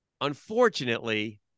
unfortunately